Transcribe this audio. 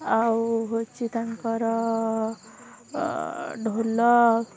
ଆଉ ହେଉଛି ତାଙ୍କର ଢୋଲ